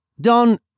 Don